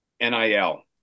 NIL